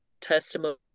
testimony